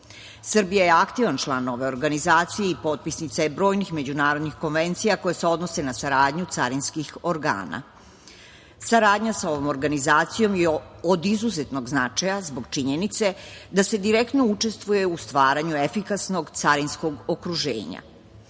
SCG.Srbija je aktivan član ove organizacije i potpisnica je brojnih međunarodnih konvencija koje se odnose na saradnju carinskih organa. Saradnja sa ovom organizacijom je od izuzetnog značaja zbog činjenice da se direktno učestvuje u stvaranju efikasnog carinskog okruženja.